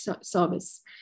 service